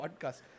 podcast